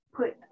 put